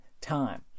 time